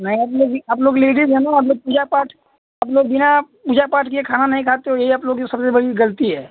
नहीं आप लोग भी आप लोग लेडीज़ हैं ना आप लोग पूजा पाठ आप लोग बिना पूजा पाठ किए खाना नहीं खाते हो यही आप लोग की सबसे बड़ी गलती है